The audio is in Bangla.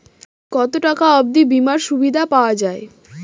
কত টাকা অবধি বিমার সুবিধা পাওয়া য়ায়?